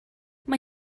mae